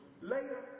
Later